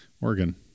Oregon